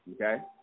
Okay